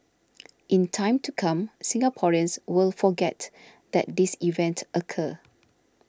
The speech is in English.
in time to come Singaporeans will forget that this event occur